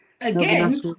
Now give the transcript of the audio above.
Again